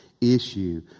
issue